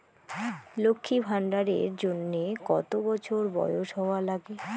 লক্ষী ভান্ডার এর জন্যে কতো বছর বয়স হওয়া লাগে?